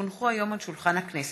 כי הונחו היום על שולחן הכנסת,